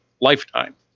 Lifetime